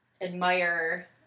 admire